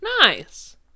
Nice